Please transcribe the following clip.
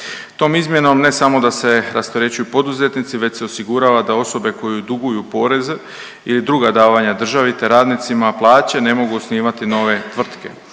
Tom izmjenom ne samo da se rasterećuju poduzetnici već se osigurava da osobe koje duguju poreze ili druga davanja državi, te radnicima plaće ne mogu osnivati nove tvrtke.